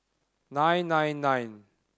nine nine nine